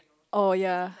oh ya